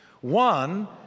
One